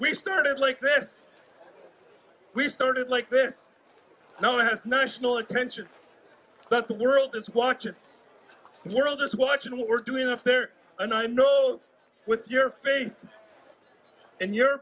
we started like this we started like this no one has national attention but the world is watching the world is watching what we're doing up there and i know with your faith and you